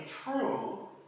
true